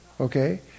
Okay